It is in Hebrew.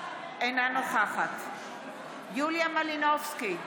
אינה נוכחת יוליה מלינובסקי,